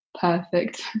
perfect